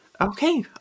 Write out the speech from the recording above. Okay